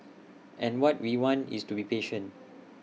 and what we want is to be patient